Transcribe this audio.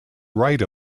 right